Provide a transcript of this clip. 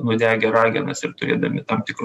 nudegę ragenas ir turėdami tam tikrų